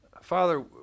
Father